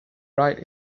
right